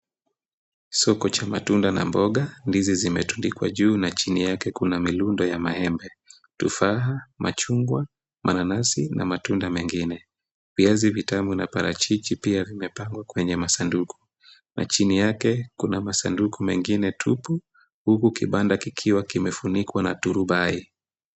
Soko cha matunda na mboga, ndizi zimetundikwa juu na chini yake kuna milundo ya maembe, tufaha, machungwa, mananasi na matunda mengine. Viazi vitamu na parachichi pia vimepangwa kwenye masanduku na chini yake kuna masanduku mengine tupu huku kibanda kikiwa kimefunikwa na turubai.